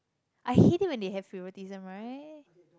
I hate it when they have favouritism right